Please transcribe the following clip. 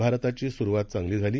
भारताची स्रवात चांगली झाली